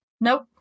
nope